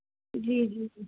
جی جی